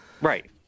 Right